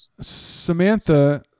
Samantha